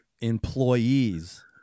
employees